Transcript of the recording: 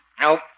Nope